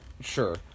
Sure